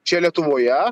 čia lietuvoje